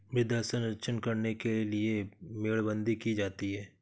मृदा संरक्षण करने के लिए मेड़बंदी की जाती है